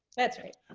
that's right.